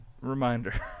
reminder